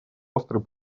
острый